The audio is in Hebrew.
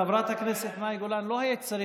חברת הכנסת מאי גולן, די.